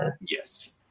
yes